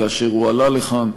כאשר הוא עלה לכאן,